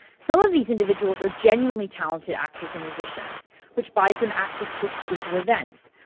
some of these individuals are genuinely talented actors or musicians which buys them access to exclusive events.